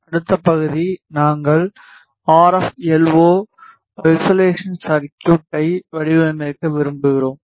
அடுத்த பகுதி நாங்கள் ஆர்எப் எல்ஓ வை ஐசோலேசன் சர்குய்ட்டை வடிவமைக்க விரும்புகிறோம்